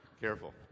Careful